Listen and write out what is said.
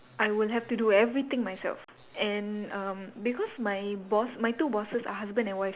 I will have to do everything myself and erm because my boss my two bosses are husband and wife